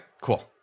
cool